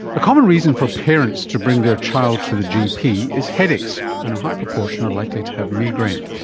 a common reason for parents to bring their child to the gp is headaches, and a high proportion are likely to have migraine.